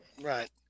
Right